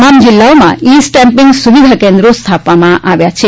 તમામ જિલ્લાઓમાં e stamping સુવિધા કેન્દ્રો સ્થાપવામાં આવ્યા છે